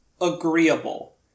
agreeable